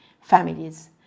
families